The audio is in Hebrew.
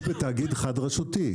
התאגדות לתאגיד חד רשותי,